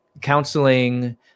counseling